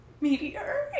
meteor